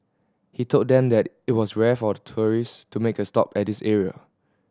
he told them that it was rare for tourist to make a stop at this area